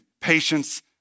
patience